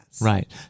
right